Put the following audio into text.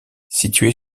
situé